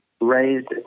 raised